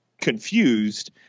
confused